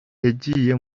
yajyiye